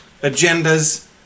agendas